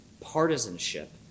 partisanship